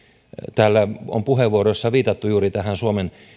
täällä on puheenvuoroissa viitattu juuri tähän suomen